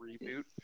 reboot